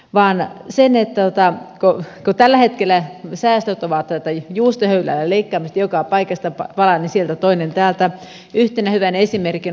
vaan sen että tää ko ko tällä hetkellä säästöt ovat juustohöylällä leikkaamista joka paikasta palanen sieltä toinen täältä yhtenä hyvänä esimerkkinä ovat nämä lapsilisät